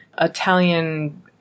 Italian